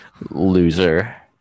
loser